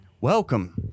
Welcome